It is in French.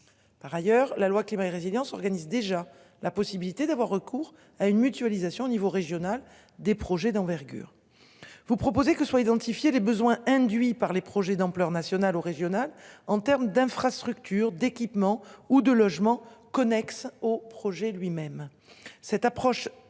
Par ailleurs, la loi climat et résilience organise déjà la possibilité d'avoir recours à une mutualisation au niveau régional des projets d'envergure. Vous proposez que soit identifié les besoins induits par les projets d'ampleur nationale aux régionales en terme d'infrastructures, d'équipements ou de logements connexe au projet lui-même